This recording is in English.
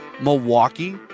Milwaukee